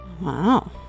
Wow